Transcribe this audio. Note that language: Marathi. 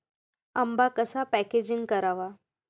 आंबा कसा पॅकेजिंग करावा?